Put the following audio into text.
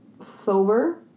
Sober